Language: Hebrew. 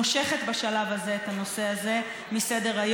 מושכת בשלב הזה את הנושא הזה מסדר-היום,